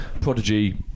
Prodigy